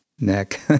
neck